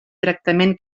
tractament